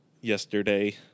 Yesterday